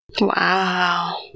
wow